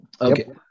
Okay